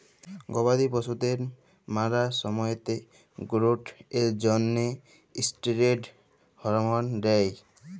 গবাদি পশুদের ম্যালা সময়তে গোরোথ এর জ্যনহে ষ্টিরেড হরমল দেই